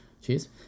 Cheers